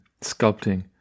sculpting